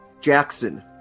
Jackson